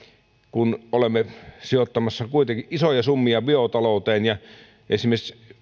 kun olemme sijoittamassa kuitenkin isoja summia biotalouteen ja esimerkiksi